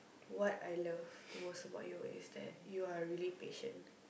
what I love most about you is that you're really patient